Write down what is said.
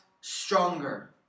stronger